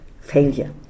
failure